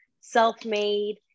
self-made